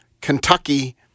Kentucky